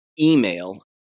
email